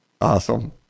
Awesome